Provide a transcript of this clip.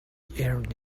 earned